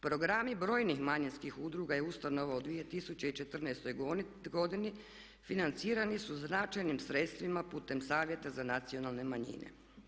Programi brojnih manjinskih udruga i ustanova u 2014. godini financirani su značajnim sredstvima putem Savjeta za nacionalne manjine.